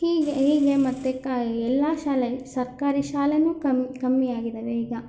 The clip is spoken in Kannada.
ಹೀಗೆ ಹೀಗೆ ಮತ್ತು ಕ ಎಲ್ಲ ಶಾಲೆ ಸರ್ಕಾರಿ ಶಾಲೆನೂ ಕಮ್ಮಿ ಕಮ್ಮಿ ಆಗಿದ್ದಾವೆ ಈಗ